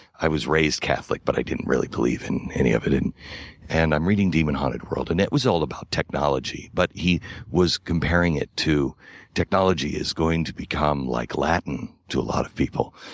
i was raised catholic but i didn't really believe in any of it. and and i'm reading demon haunted world and it was all about technology. but he was comparing it to technology is going to become like latin to a lot of people.